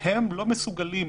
הם לא מסוגלים,